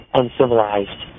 uncivilized